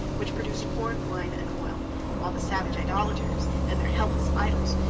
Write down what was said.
which produced corn, wine, and oil while the savage idolaters, and their helpless idols,